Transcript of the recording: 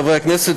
חברי הכנסת,